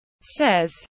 Says